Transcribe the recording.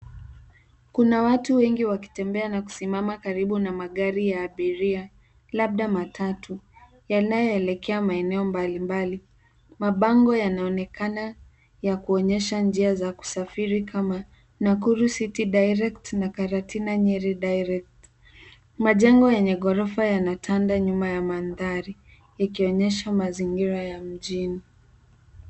Kuna watu wengi wakitembea na kusimama karibu na magari ya abiria, labda matatu yanayoelekea maeneo mbalimbali. Mabango yanaonekana yakuonyesha njia za kusafiri kama: Nakuru City Direct na Karatina Nyeri Direct. Majengo yenye gorofa yanatanda nyuma ya mandhari ikionyesha mazingira ya mjini.